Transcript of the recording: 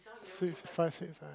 six five six